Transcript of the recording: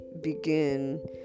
begin